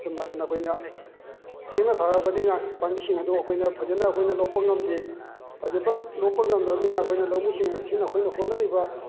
ꯑꯁꯣꯝꯅꯥꯀꯟꯗ ꯑꯩꯈꯣꯏꯅ ꯊꯦꯡꯅ ꯊꯥꯔꯕꯅꯤꯅ ꯄꯥꯝꯕꯤꯁꯤꯡ ꯑꯗꯣ ꯑꯩꯈꯣꯏꯅ ꯐꯖꯅ ꯑꯩꯈꯣꯏꯅ ꯂꯣꯛꯄ ꯉꯝꯗꯦ ꯐꯖꯕ ꯂꯣꯛꯄ ꯉꯝꯗꯕꯅꯤꯅ ꯑꯩꯈꯣꯏꯅ ꯂꯧꯃꯤꯁꯤꯡ ꯑꯁꯤꯅ ꯑꯩꯈꯣꯏꯅ ꯍꯣꯠꯅꯔꯤꯕ